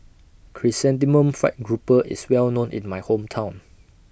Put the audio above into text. Chrysanthemum Fried Grouper IS Well known in My Hometown